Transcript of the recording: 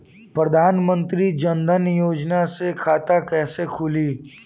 प्रधान मंत्री जनधन योजना के खाता कैसे खुली?